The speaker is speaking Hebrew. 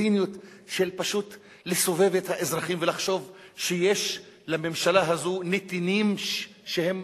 ציניות של פשוט לסובב את האזרחים ולחשוב שיש לממשלה הזאת נתינים שהם